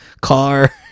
car